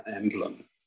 emblem